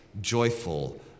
joyful